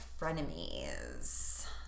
frenemies